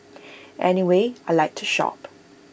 anyway I Like to shop